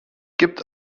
gibt